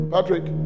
Patrick